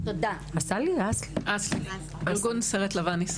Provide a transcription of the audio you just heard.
אסל"י, בבקשה.